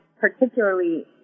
particularly